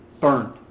burned